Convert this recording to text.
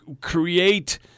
create